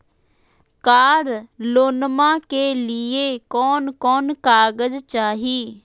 कार लोनमा के लिय कौन कौन कागज चाही?